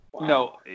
no